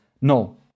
No